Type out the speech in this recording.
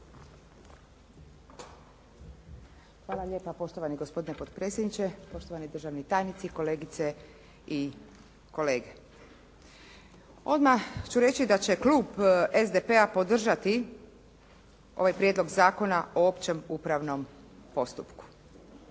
Hvala lijepa poštovani gospodine potpredsjedniče, poštovani državni tajnici, kolegice i kolege. Odmah ću reći da će klub SDP-a podržati ovaj Prijedlog zakona o općem upravnom postupku.